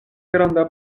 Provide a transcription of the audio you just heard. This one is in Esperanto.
granda